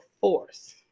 force